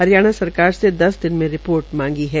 हरियाणा सरकार से दस दिन में रिपोर्ट मांगी है